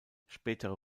spätere